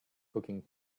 cooking